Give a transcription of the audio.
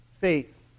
faith